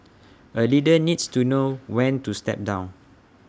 A leader needs to know when to step down